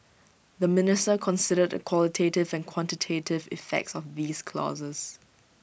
the minister considered the qualitative and quantitative effects of these clauses